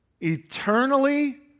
Eternally